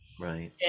right